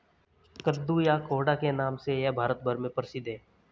कद्दू या कोहड़ा के नाम से यह भारत भर में प्रसिद्ध है